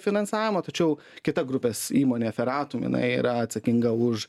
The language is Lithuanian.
finansavimą tačiau kita grupės įmonė feratum jinai yra atsakinga už